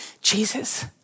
Jesus